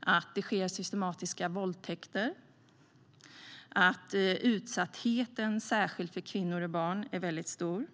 att det sker systematiska våldtäkter och att utsattheten särskilt för kvinnor och barn är väldigt stor.